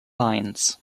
lines